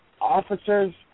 officers